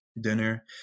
dinner